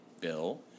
Bill